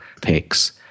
picks